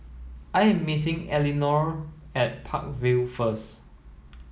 I am meeting Elinore at Park Vale first